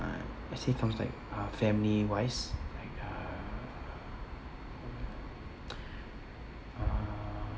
uh actually comes like uh family-wise like uh uh